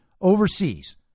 overseas